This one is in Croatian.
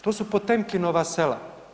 To su Potemkinova sela.